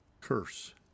curse